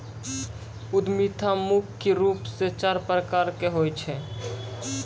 उद्यमिता मुख्य रूप से चार प्रकार के होय छै